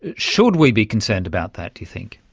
ah should we be concerned about that, do you think?